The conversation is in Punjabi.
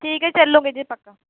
ਠੀਕ ਹੈ ਚੱਲੂਗੀ ਜੀ ਪੱਕਾ